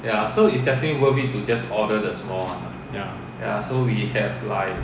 ya